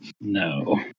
No